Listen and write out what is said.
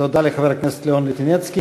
תודה לחבר הכנסת לאון ליטינצקי.